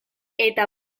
eta